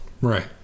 Right